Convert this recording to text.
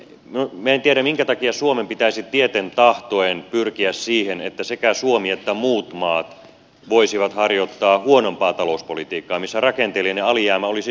minä en tiedä minkä takia suomen pitäisi tieten tahtoen pyrkiä siihen että sekä suomi että muut maat voisivat harjoittaa huonompaa talouspolitiikkaa missä rakenteellinen alijäämä olisi suurempi